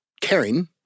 caring